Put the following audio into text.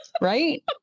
Right